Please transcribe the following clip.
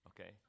okay